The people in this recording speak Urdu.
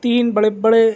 تین بڑے بڑے